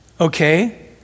okay